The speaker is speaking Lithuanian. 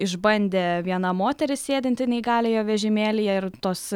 išbandė viena moteris sėdinti neįgaliojo vežimėlyje ir tos